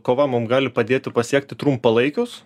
kova mum gali padėti pasiekti trumpalaikius